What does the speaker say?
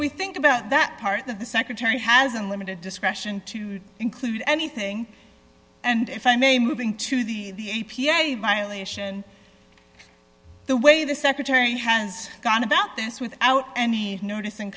we think about that part the secretary has unlimited discretion to include anything and if i may moving to the the a p a violation the way the secretary has gone about this without any notic